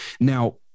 Now